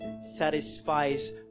satisfies